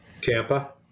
Tampa